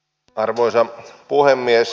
arvoisa puhemies